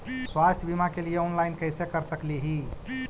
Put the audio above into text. स्वास्थ्य बीमा के लिए ऑनलाइन कैसे कर सकली ही?